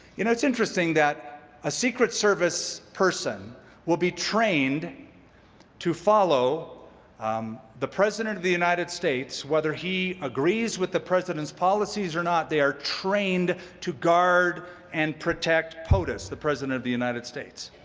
you know it's interesting that a secret service person will be trained to follow um the president of the united states, whether he agrees with the president's policy or not, they are trained to guard and protect potus, the president of the united states,